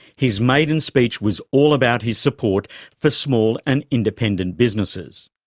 his maiden speech was all about his support for small and independent businesses.